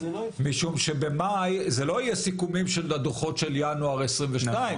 משום שבמאי זה לא יהיה סיכומים של הדוחות של ינואר 2022,